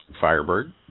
Firebird